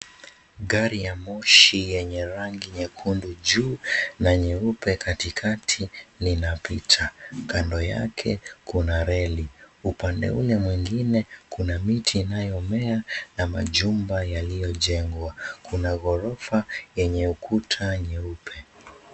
Gari ya moshi yenye rangi nyekundu juu na nyeupe katikati linapita. Kando yake kuna reli. Upande ule mwingine kuna miti inayomea na majumba yaliyojengwa. Kuna ghorofa yenye ukuta nyeupe.